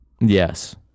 Yes